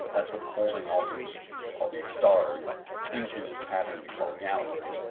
that's what's holding all these all these stars into this pattern we call a galaxy.